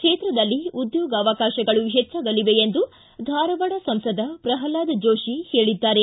ಕ್ಷೇತ್ರದಲ್ಲಿ ಉದ್ಯೋಗಾವಕಾಶಗಳು ಹೆಚ್ಚಾಗಲಿವೆ ಎಂದು ಧಾರವಾಡ ಸಂಸದ ಪ್ರಹ್ಲಾದ ಜೋಶಿ ಹೇಳಿದ್ದಾರೆ